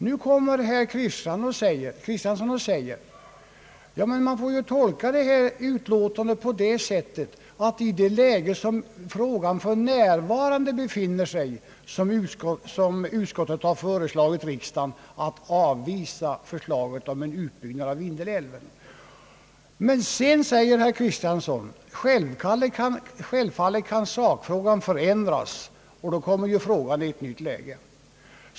Nu säger herr Kristiansson att man får tolka utlåtandet på det sättet, att det är i det läge vari frågan för närvarande befinner sig som utskottet har föreslagit riksdagen att avvisa förslaget om en utbyggnad av Vindelälven. Men sedan fortsätter herr Kristiansson: Självfallet kan sakfrågan förändras, och då kommer frågan i ett nytt läge.